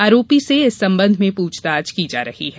आरोपी से इस संबंध में पूछताछ की जा रही है